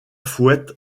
fouette